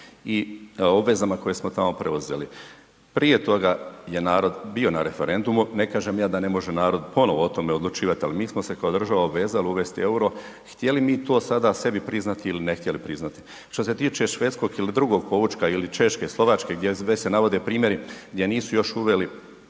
I obvezama koje smo tamo preuzeli. Prije toga je narod bio na referendumu, ne kažem ja da ne može narod ponovno o tome odlučivati ali mi smo se kao država obvezali uvesti euro htjeli mi to sada sebi priznati ili ne htjeli priznati. Što se tiče švedskog ili drugog poučka, ili Češke, Slovačke gdje već se navode primjeri gdje nisu još uveli